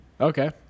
Okay